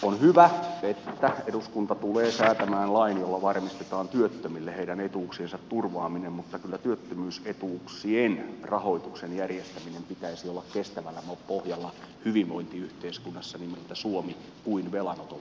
on hyvä että eduskunta tulee säätämään lain jolla varmistetaan työttömille heidän etuuksiensa turvaaminen mutta kyllä työttömyysetuuksien rahoituksen järjestämisen pitäisi olla kestävämmällä pohjalla hyvinvointiyhteiskunnassa nimeltä suomi kuin velanoton varassa